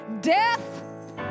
death